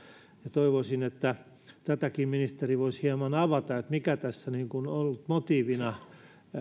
toivoisin että tätäkin ministeri voisi hieman avata mikä tässä on ollut motiivina